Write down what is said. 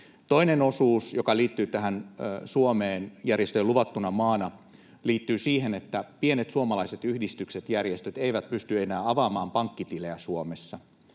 Toinen osuus, joka liittyy Suomeen järjestöjen luvattuna maana, liittyy siihen, että pienet suomalaiset yhdistykset ja järjestöt eivät pysty enää avaamaan pankkitilejä Suomessa,